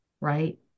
right